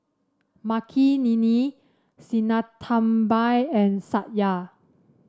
Makineni Sinnathamby and Satya